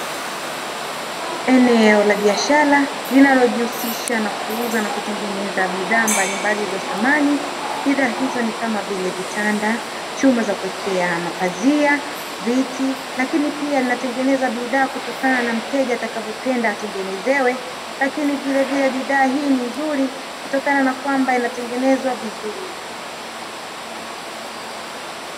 Eneo la biashara linalojihusisha na kuuza na kutengeneza biashara mbalimbali za samani. Bidhaa hizo ni kama vile vitanda, chuma za kuwekea mapazia, viti, lakini pia wanatengeneza bidhaa kutokana na mteja atakavyopenda atengenezewe, lakini pia bidhaa hii ni nzuri kutokana na kwamba inatengenezwa vizuri.